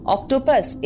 Octopus